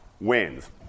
wins